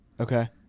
Okay